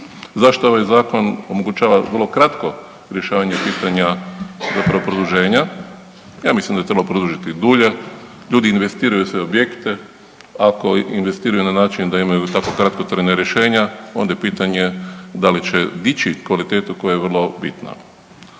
Zašto ovaj zakon omogućava vrlo kratko rješavanje pitanja zapravo produženja? Ja mislim da je trebalo produžiti dulje, ljudi investiraju u svoje objekte ako investiraju na način da imaju tako kratkotrajna rješenja onda je pitanje da li će dići kvalitetu koja je vrlo bitna.